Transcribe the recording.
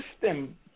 system